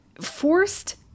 forced